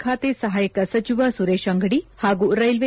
ಖಾತೆ ಸಹಾಯಕ ಸಚಿವ ಸುರೇಶ್ ಅಂಗಡಿ ಹಾಗೂ ರೈಲ್ವೆ